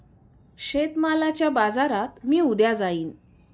शेतमालाच्या बाजारात मी उद्या जाईन